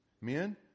Men